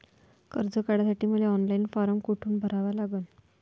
कर्ज काढासाठी मले ऑनलाईन फारम कोठून भरावा लागन?